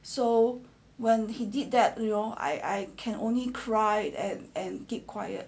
so when he did that you know I I can only cry and and keep quiet